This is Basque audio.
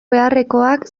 beharrekoak